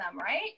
right